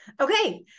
okay